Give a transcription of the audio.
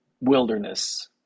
wilderness